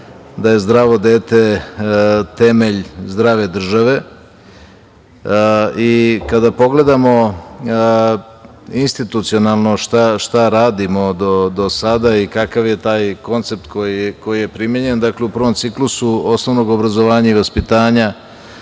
da je zdravo dete temelj zdrave države. Kada pogledamo institucionalno šta radimo do sada i kakav je taj koncept koji je primenjen, dakle, u prvom ciklusu osnovnog obrazovanja i vaspitanja